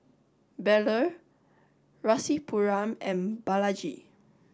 Bellur Rasipuram and Balaji